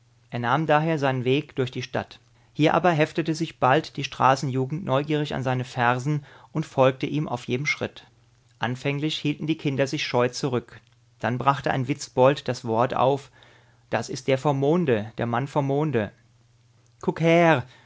er nahm daher seinen weg durch die stadt hier aber heftete sich bald die straßenjugend neugierig an seine fersen und folgte ihm auf jedem schritt anfänglich hielten die kinder sich scheu zurück dann brachte ein witzbold das wort auf das ist der vom monde der mann vom monde